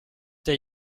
der